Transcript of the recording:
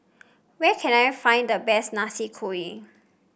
where can I find the best Nasi Kuning